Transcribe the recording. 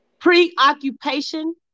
preoccupation